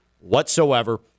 whatsoever